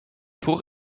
pour